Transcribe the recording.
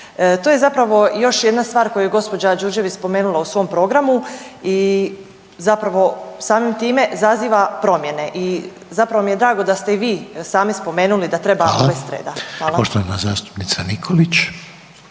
To je zapravo i još jedna stvar koju je gospođa Đurđević spomenula u svom programu i zapravo samim time zaziva promjene. I zapravo mi je drago da ste i vi sami spomenuli da treba uvesti reda. Hvala. **Reiner, Željko